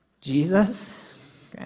Jesus